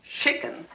chicken